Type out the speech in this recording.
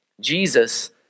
Jesus